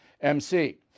MC